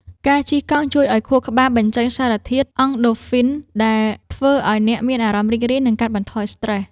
ការជិះកង់ជួយឱ្យខួរក្បាលបញ្ចេញសារធាតុ អង់ដូហ្វីន ដែលធ្វើឱ្យអ្នកមានអារម្មណ៍រីករាយ និងកាត់បន្ថយភាពស្រ្តេស។